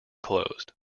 closed